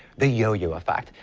the yo-yo effect,